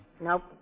Nope